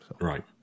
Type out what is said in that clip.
Right